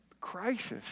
crisis